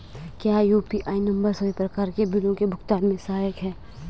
क्या UPI number सभी प्रकार के बिलों के भुगतान में सहायक हैं?